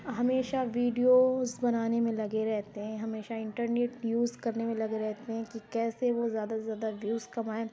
ہمیشہ ویڈیوز بنانے میں لگے رہتے ہیں ہمیشہ انٹرنیٹ یوز کرنے میں لگے رہتے ہیں کہ کیسے وہ زیادہ سے زیادہ ویوز کمائیں